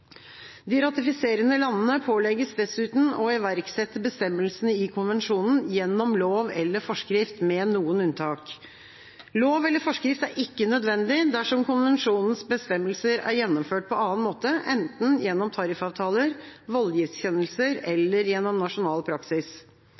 De ratifiserende landene pålegges dessuten å iverksette bestemmelsene i konvensjonen gjennom lov eller forskrift, med noen unntak. Lov eller forskrift er ikke nødvendig dersom konvensjonens bestemmelser er gjennomført på annen måte, enten gjennom tariffavtaler, voldgiftskjennelser